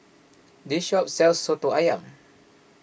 this shop sells Soto Ayam